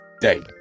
day